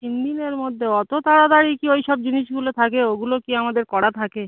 তিন দিনের মধ্যে অত তাড়াতাড়ি কি ওই সব জিনিসগুলো থাকে ওগুলো কি আমাদের করা থাকে